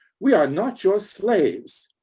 we are not your slaves!